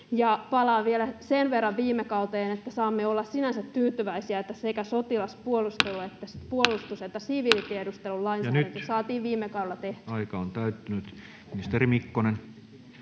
Palaan vielä sen verran viime kauteen, että saamme olla sinänsä tyytyväisiä, että sekä sotilaspuolustus että siviilitiedustelulainsäädäntö [Puhemies: Ja nyt aika on täyttynyt!] saatiin